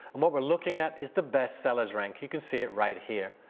and what we're looking at is the best sellers rank, you can see it right here.